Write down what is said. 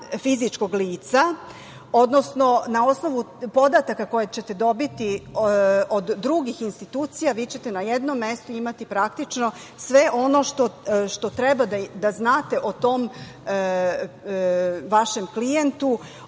fizičkog lica, odnosno na osnovu podataka koje ćete dobiti od drugih institucija, vi ćete na jednom mestu imati, praktično, sve ono što treba da znate o tom vašem klijentu,